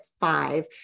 five